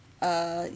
err